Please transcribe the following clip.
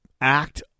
act